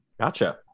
Gotcha